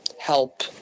help